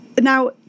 Now